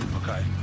Okay